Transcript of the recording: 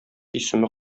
исеме